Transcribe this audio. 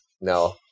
No